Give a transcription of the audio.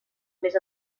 més